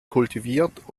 kultiviert